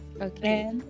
Okay